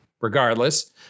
Regardless